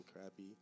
crappy